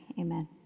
Amen